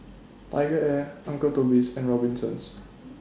TigerAir Uncle Toby's and Robinsons